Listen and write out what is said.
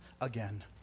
again